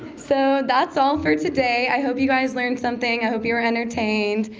so that's all for today. i hope you guys learned something. i hope you were entertained.